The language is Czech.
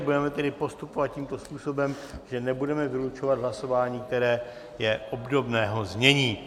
Budeme tedy postupovat tímto způsobem, že nebudeme vylučovat hlasování, které je obdobného znění.